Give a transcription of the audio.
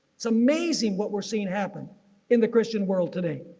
it's amazing what we're seeing happen in the christian world today.